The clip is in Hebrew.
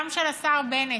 גם של השר בנט,